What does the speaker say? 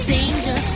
Danger